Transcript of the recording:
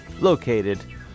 located